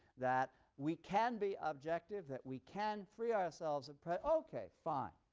that we can be objective, that we can free ourselves of okay, fine.